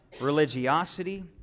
religiosity